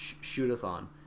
shoot-a-thon